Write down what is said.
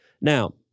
now